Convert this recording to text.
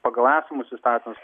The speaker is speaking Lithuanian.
pagal esamus įstatymus